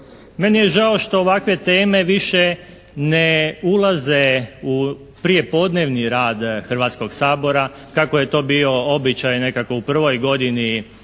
Meni je žao što ovakve teme više ne ulaze u prijepodnevni rad Hrvatskog sabora kako je to bio običaj nekako u prvoj godini